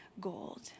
gold